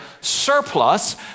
surplus